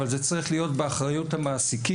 אבל זה צריך להיות באחריות המעסיקים.